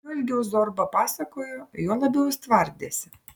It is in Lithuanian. juo ilgiau zorba pasakojo juo labiau jis tvardėsi